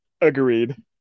Agreed